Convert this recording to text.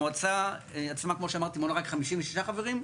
המועצה עצמה כמו שאמרתי מונה רק 56 חברים,